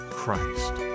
christ